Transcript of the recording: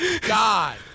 God